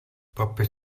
popis